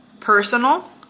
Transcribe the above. personal